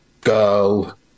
girl